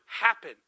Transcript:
happen